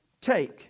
take